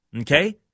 Okay